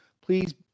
Please